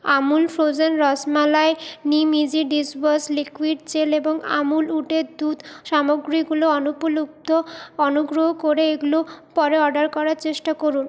Amul frozen rasmalai নিমইজি dish wash liquid gel এবং আমুল উটের দুধ সামগ্রীগুলো অনুপলব্ধ অনুগ্রহ করে এগুলো পরে অর্ডার করার চেষ্টা করুন